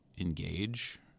engage